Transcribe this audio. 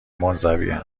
منزوین